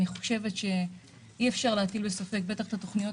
אני חושבת שאי אפשר להטיל ספק בתוכניות